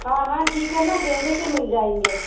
हाँ हाँ ठीक है न गेंदे के मिल जाएंगे